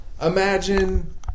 imagine